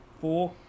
Four